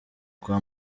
kwa